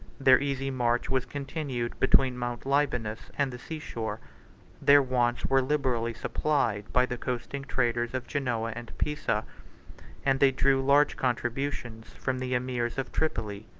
their easy march was continued between mount libanus and the sea-shore their wants were liberally supplied by the coasting traders of genoa and pisa and they drew large contributions from the emirs of tripoli,